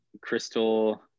Crystal